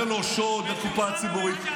זה לא שוד הקופה הציבורית,